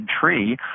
tree